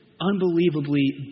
unbelievably